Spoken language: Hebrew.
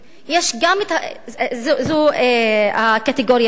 זו הקטגוריה השנייה.